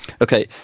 Okay